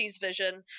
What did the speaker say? vision